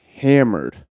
hammered